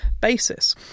basis